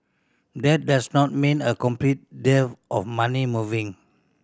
that does not mean a complete dearth of money moving